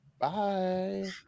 bye